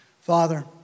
Father